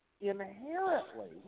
inherently